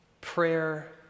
Prayer